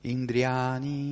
Indriani